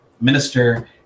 minister